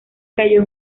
cayó